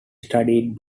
studied